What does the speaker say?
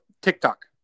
TikTok